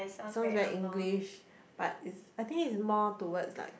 sounds very English but is I think is more towards like